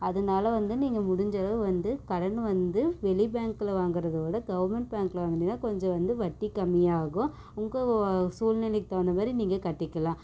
அதனால வந்து நீங்கள் முடிஞ்ச அளவு வந்து கடனும் வந்து வெளி பேங்க்ல வாங்குறதை விட கவர்மெண்ட் பேங்க்ல வாங்குனிங்கன்னா கொஞ்ச வந்து வட்டி கம்மியாகும் உங்கள் சூழ்நிலைக்கு தகுந்தமாதிரி நீங்கள் கட்டிக்கலாம்